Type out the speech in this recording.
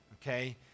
okay